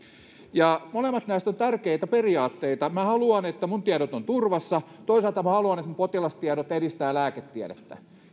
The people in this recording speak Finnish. molemmat näistä ovat tärkeitä periaatteita minä haluan että tietoni ovat turvassa toisaalta haluan että potilastietoni edistävät lääketiedettä